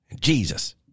jesus